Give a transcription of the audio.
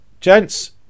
gents